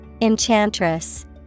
Enchantress